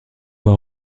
voie